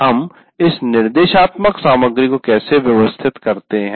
हम इस निर्देशात्मक सामग्री को कैसे व्यवस्थित करते हैं